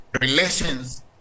relations